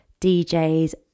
djs